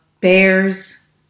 Bears